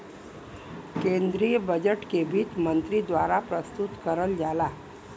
केन्द्रीय बजट के वित्त मन्त्री द्वारा प्रस्तुत करल जाला